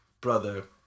brother